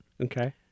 Okay